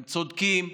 הם צודקים,